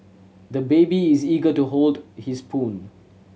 the baby is eager to hold his spoon